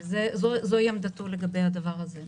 זו עמדתו לגבי הדבר הזה.